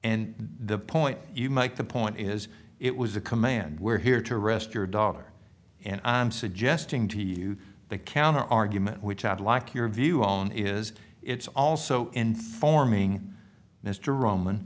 and the point you make the point is it was a command we're here to rest your daughter and i'm suggesting to you the counterargument which i'd like your view on is it's also informing mr roman